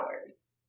hours